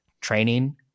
training